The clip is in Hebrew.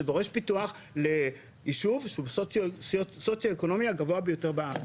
שדורש פיתוח ליישוב שהוא ישוב הסוציואקונומי הגבוה ביותר בארץ,